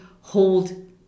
hold